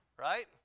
right